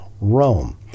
rome